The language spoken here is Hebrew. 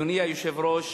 אדוני היושב-ראש,